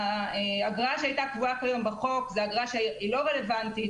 האגרה שהייתה קבועה עד היום בחוק אינה רלוונטית.